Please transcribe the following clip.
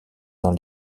dans